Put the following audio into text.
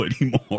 anymore